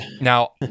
Now